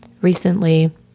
Recently